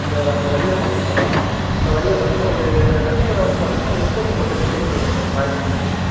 அந்த அந்த வெளியே பார்த்திங்கன்னா அந்த வழியே பார்த்திங்கன்னா ஒரு தக்கினி கோட்டம் வந்து பார்த்திங்கன்னா ஒரு முப்பது முப்பத்தஞ்சு கிலோமீட்ரு இருக்கும் சார் ராயக்கோட்டைலேருந்து